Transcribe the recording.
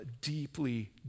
deeply